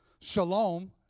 shalom